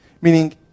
Meaning